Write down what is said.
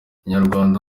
inyarwanda